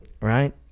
right